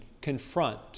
confront